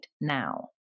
now